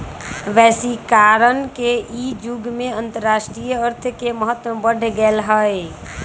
वैश्वीकरण के इ जुग में अंतरराष्ट्रीय अर्थ के महत्व बढ़ गेल हइ